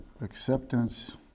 acceptance